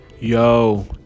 Yo